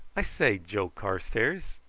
i say, joe carstairs,